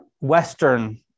Western